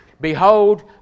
Behold